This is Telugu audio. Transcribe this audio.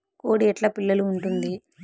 కోడి ఎట్లా పిల్లలు కంటుంది?